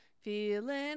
feeling